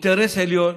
אינטרס עליון.